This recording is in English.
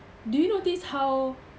do you notice how